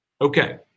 Okay